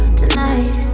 tonight